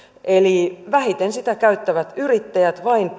vähiten sitä käyttävät yrittäjät vain